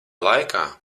laikā